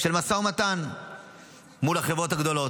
משא ומתן עם החברות הגדולות.